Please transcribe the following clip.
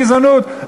גזענות",